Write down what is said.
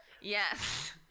Yes